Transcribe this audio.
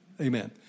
Amen